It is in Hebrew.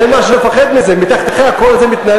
אין לפחד מזה, מתחתיך, כל זה מתנהל